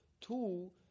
Two